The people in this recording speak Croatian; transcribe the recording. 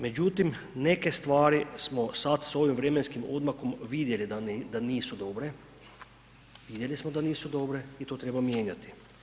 Međutim, neke stvari smo sad s ovim vremenskim odmakom vidjeli da nisu dobre, vidjeli smo da nisu dobre i to treba mijenjati.